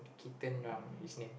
Kitten Ram his name